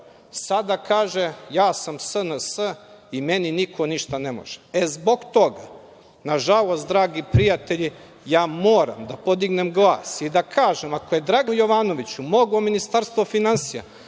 sada kaže - ja sam SNS i meni niko ništa ne može.E zbog toga, nažalost, dragi prijatelji, ja moram da podignem glas i da kažem - ako je Draganu Jovanoviću moglo Ministarstvo finansija